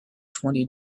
twenty